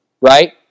Right